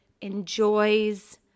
enjoys